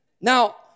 Now